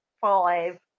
five